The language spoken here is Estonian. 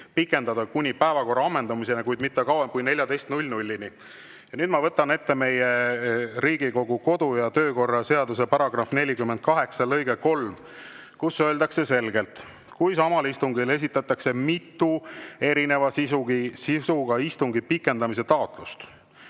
istungit kuni päevakorra ammendumiseni, kuid mitte kauem kui 14.00-ni. Nüüd ma võtan ette meie Riigikogu kodu- ja töökorra seaduse § 48 [kommentaari] 3, kus öeldakse selgelt: "Kui samal istungil esitatakse mitu erineva sisuga istungi pikendamise taotlust